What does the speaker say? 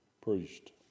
priest